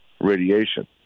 radiation